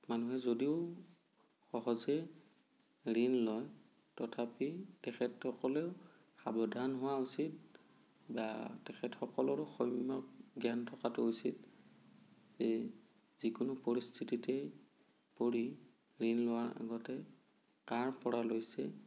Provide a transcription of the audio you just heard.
মানুহে যদিও সহজে ঋণ লয় তথাপি তেখেতসকলেও সাৱধান হোৱা উচিত বা তেখেতসকলৰো সম্যক জ্ঞান থকাতো উচিত যে যিকোনো পৰিস্থিতিতেই পৰি ঋণ লোৱাৰ আগতে কাৰ পৰা লৈছে